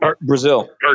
Brazil